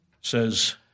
says